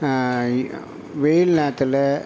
வெயில் நேரத்தில்